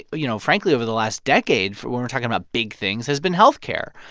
you know, frankly, over the last decade when we're talking about big things has been health care.